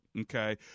Okay